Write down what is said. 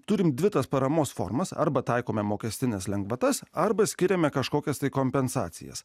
turime dvi tas paramos formas arba taikome mokestines lengvatas arba skiriame kažkokias kompensacijas